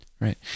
right